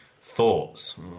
Thoughts